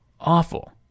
awful